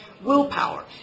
willpower